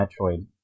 Metroid